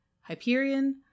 Hyperion